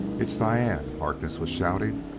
it's diane! harkness was shouting.